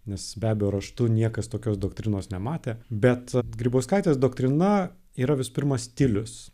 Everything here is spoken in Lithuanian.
nes be abejo raštu niekas tokios doktrinos nematė bet grybauskaitės doktrina yra visų pirma stilius